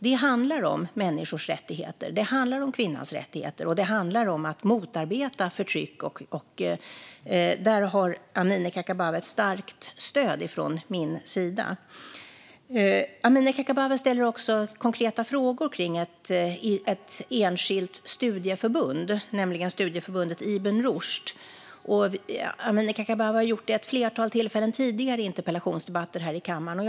Det handlar om människors rättigheter, om kvinnans rättigheter och om att motarbeta förtryck. Amineh Kakabaveh har där ett starkt stöd från min sida. Amineh Kakabaveh ställer också konkreta frågor om ett enskilt studieförbund, nämligen studieförbundet Ibn Rushd. Hon har gjort det vid ett flertal tillfällen tidigare i interpellationsdebatter här i kammaren.